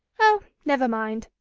oh, never mind.